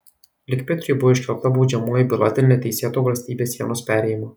likpetriui buvo iškelta baudžiamoji byla dėl neteisėto valstybės sienos perėjimo